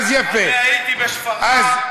אני הייתי בשפרעם,